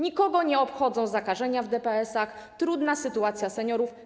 Nikogo nie obchodzą zakażenia w DPS-ach, trudna sytuacja seniorów.